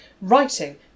writing